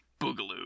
Boogaloo